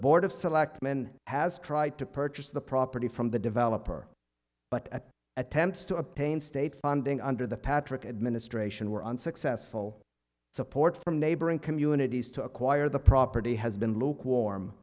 board of selectmen has tried to purchase the property from the developer but at attempts to obtain state funding under the patrick administration were unsuccessful support from neighboring communities to acquire the property has been lukewarm